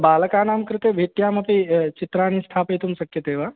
बालकानां कृते भित्यामपि चित्राणि स्थापयितुं शक्यते वा